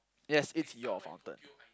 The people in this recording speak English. yes it's your fountain